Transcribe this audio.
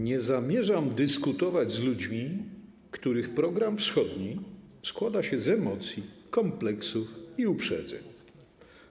Nie zamierzam dyskutować z ludźmi, których program wschodni składa się z emocji, kompleksów i uprzedzeń.